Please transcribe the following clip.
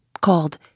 called